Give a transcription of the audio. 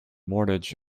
mortgage